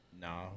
no